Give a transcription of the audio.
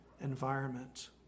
environment